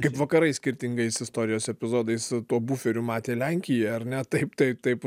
kaip vakarai skirtingais istorijos epizodais tuo buferiu matė lenkiją ar ne taip tai taip